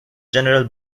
general